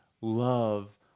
love